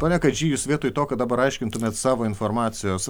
pone kadžy jūs vietoj to kad dabar aiškintumėt savo informacijos